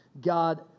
God